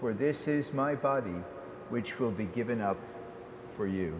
were this is my body which will be given up for you